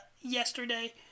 yesterday